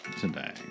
today